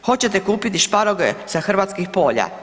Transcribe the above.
Hoćete kupiti šparoge sa hrvatskih polja?